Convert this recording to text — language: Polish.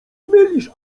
mylisz